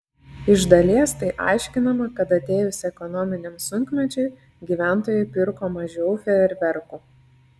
iš dalies tai aiškinama kad atėjus ekonominiam sunkmečiui gyventojai pirko mažiau fejerverkų